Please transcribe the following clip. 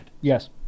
Yes